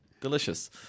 delicious